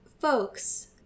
folks